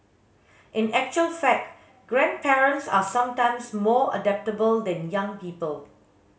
in actual fact grandparents are sometimes more adaptable than young people